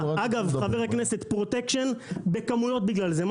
אגב, חבר הכנסת, יש פרוטקשן בכמויות בגלל זה.